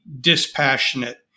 dispassionate